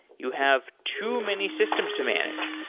you have too many systems to manage.